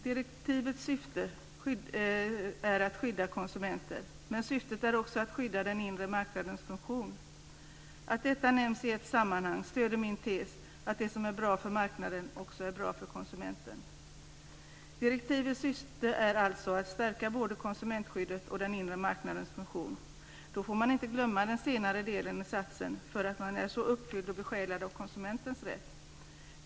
Direktivets syfte är att skydda konsumenter och också att skydda den inre marknadens funktion. Att detta nämns i ett sammanhang stöder min tes att det som är bra för marknaden också är bra för konsumenten. Direktivets syfte är alltså att stärka både konsumentskyddet och den inre marknadens funktion. Då får man inte glömma den senare delen i satsen därför att man är så uppfylld och besjälad av konsumentens rätt.